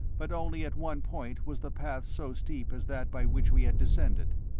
but only at one point was the path so steep as that by which we had descended.